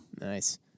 Nice